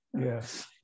Yes